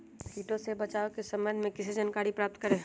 किटो से बचाव के सम्वन्ध में किसी जानकारी प्राप्त करें?